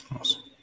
Awesome